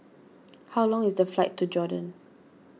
how long is the flight to Jordan